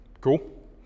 Cool